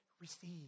receive